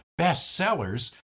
bestsellers